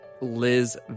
Liz